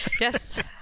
Yes